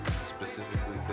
Specifically